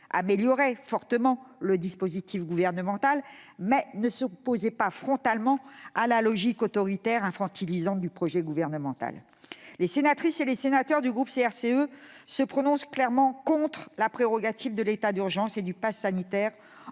améliorait fortement le dispositif gouvernemental, mais il ne s'opposait pas frontalement à la logique autoritaire et infantilisante qui est celle du Gouvernement. Les sénatrices et sénateurs du groupe CRCE se prononcent clairement contre la prorogation de l'état d'urgence et du passe sanitaire.